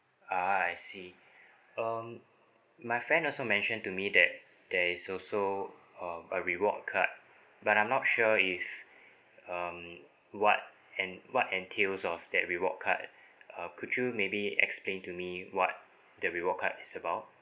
ah I see um my friend also mentioned to me that there is also uh a reward card but I'm not sure if um what en~ what entails of that reward card uh could you maybe explain to me what the reward card is about